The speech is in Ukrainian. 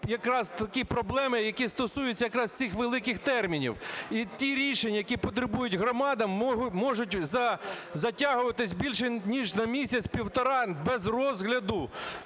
якраз такі проблеми, які стосуються якраз цих великих термінів. І ті рішення, які потребують громади, можуть затягуватись більше ніж на місяць-півтора без розгляду.